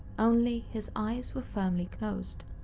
only, his eyes were firmly closed.